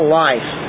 life